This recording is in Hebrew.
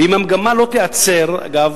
ואם המגמה לא תיעצר, אגב,